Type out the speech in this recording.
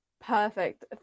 perfect